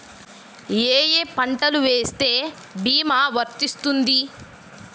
ఏ ఏ పంటలు వేస్తే భీమా వర్తిస్తుంది?